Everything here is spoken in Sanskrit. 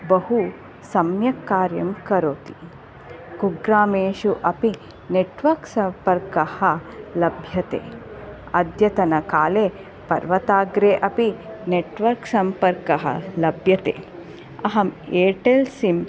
बहु सम्यक् कार्यं करोति कुग्रामेषु अपि नेट्वर्क् सम्पर्कः लभ्यते अद्यतनकाले पर्वताग्रे अपि नेट्वर्क् सम्पर्कः लभ्यते अहं एर्टेल् सिम्